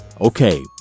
Okay